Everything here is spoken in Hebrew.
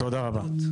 תודה רבה.